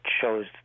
shows